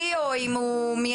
כלא.